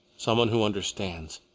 some one who understands.